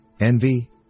envy